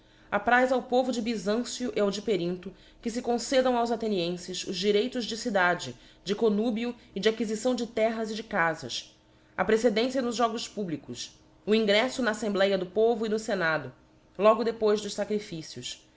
apraz ao povo de byzancio e ao de perintho que fe concedam aos athenienfes os direitos de cidade de connubio e de acquifição de terras e de cafas a precedência nos jogos públicos o ingreflb na aflembléa do povo e no fenado logo depois dos facrificios